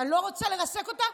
אני לא רוצה לרסק אותה,